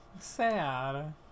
sad